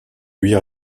huit